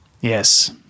Yes